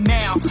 now